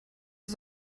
das